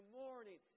morning